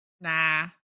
nah